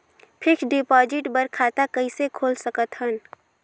Fixed deposit बर खाता कइसे खोल सकत हन?